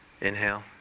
Inhale